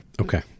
Okay